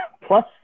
plus